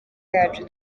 yacu